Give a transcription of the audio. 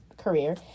Career